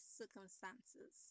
circumstances